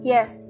Yes